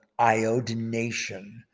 iodination